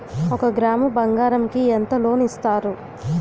ఒక గ్రాము బంగారం కి ఎంత లోన్ ఇస్తారు?